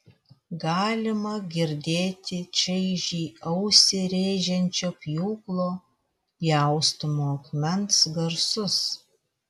galima girdėti čaižiai ausį rėžiančio pjūklo pjaustomo akmens garsus